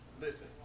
listen